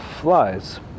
flies